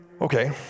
Okay